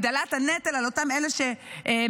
הגדלת הנטל על אותם אלה שמבצעים